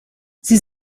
sie